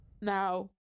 Now